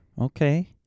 Okay